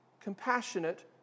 compassionate